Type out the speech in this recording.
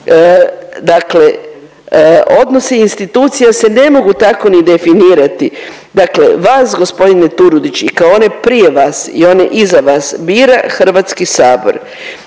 Dakle, odnosi institucija se ne mogu tako ni definirati. Dakle, vas gospodine Turudić i kao one prije vas i one iza vas bira Hrvatski sabor